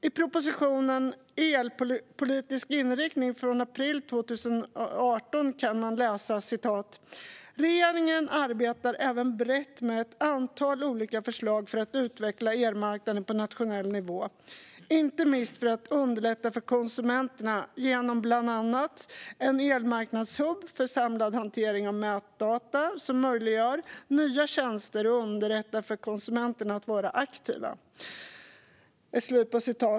I propositionen Energipolitikens inriktning från april 2018 kan man läsa följande: "Regeringen arbetar även brett med ett antal olika förslag för att utveckla elmarknaden på nationell nivå, inte minst för att underlätta för konsumenterna genom bl.a. en elmarknadshubb för samlad hantering av mätdata som möjliggör nya tjänster och underlättar för konsumenter att vara aktiva."